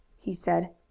he said.